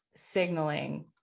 signaling